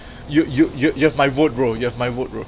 you you you you have my vote bro you have my vote bro